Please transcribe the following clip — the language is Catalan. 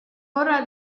vora